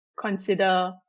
consider